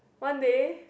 one day